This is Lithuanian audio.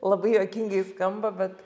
labai juokingai skamba bet